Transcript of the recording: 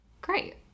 Great